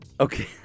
Okay